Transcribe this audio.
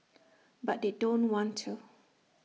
but they don't want to